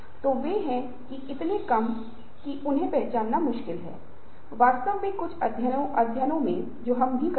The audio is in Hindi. और संसाधनों को उपलब्ध करे जनशक्ति संसाधन के साथ साथ मूर्त कठिन संसाधनों को प्रदान करके सुविधा और सहायता का निर्माण करें